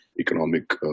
economic